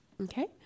Okay